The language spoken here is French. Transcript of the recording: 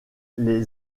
les